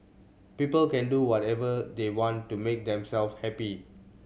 people can do whatever they want to make themselves happy